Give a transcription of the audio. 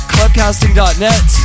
Clubcasting.net